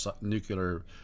nuclear